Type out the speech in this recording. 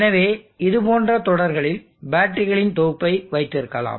எனவே இது போன்ற தொடர்களில் பேட்டரிகளின் தொகுப்பை வைத்திருக்கலாம்